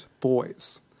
boys